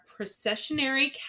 processionary